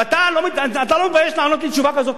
ואתה לא מתבייש לענות לי תשובה כזו?